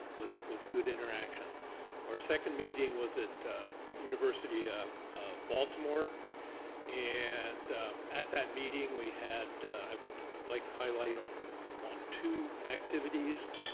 was was good interaction or second meeting was at university of baltimore and at that meeting we had i would like to highlight on on two activities.